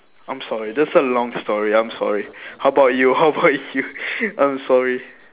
I'm sorry that's a long story I'm sorry how about you how about you I'm sorry